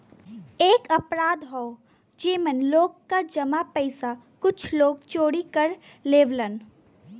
एक अपराध हौ जेमन लोग क जमा पइसा कुछ लोग चोरी कर लेवलन